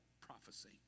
prophecy